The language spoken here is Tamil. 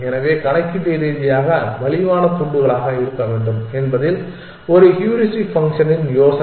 எனவே கணக்கீட்டு ரீதியாக மலிவான துண்டுகளாக இருக்க வேண்டும் என்பதில் ஒரு ஹூரிஸ்டிக் ஃபங்க்ஷனின் யோசனை